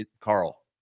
Carl